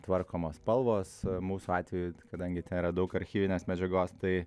tvarkomos spalvos mūsų atveju kadangi ten yra daug archyvinės medžiagos tai